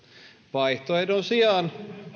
vaihtoehdon sijaan